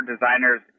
designers